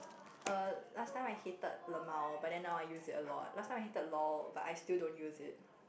err last time I hated lmao but then now I use it a lot last time I hated lol but I still don't use it